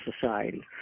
society